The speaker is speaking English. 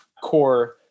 core